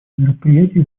мероприятий